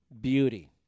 beauty